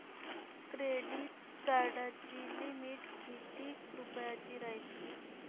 Credit कार्डाची limit कितीक रुपयाची रायते?